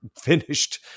finished